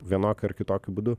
vienokiu ar kitokiu būdu